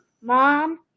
Mom